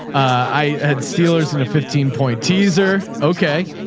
i had steelers in a fifteen point teaser. okay.